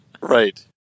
Right